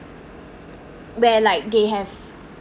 where like they have